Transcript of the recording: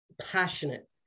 passionate